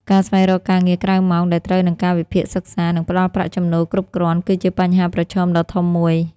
ការស្វែងរកការងារក្រៅម៉ោងដែលត្រូវនឹងកាលវិភាគសិក្សា និងផ្តល់ប្រាក់ចំណូលគ្រប់គ្រាន់ គឺជាបញ្ហាប្រឈមដ៏ធំមួយ។